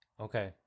Okay